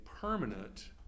permanent